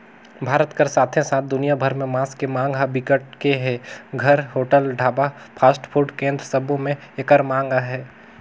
भारत कर साथे साथ दुनिया भर में मांस के मांग ह बिकट के हे, घर, होटल, ढाबा, फास्टफूड केन्द्र सबो में एकर मांग अहे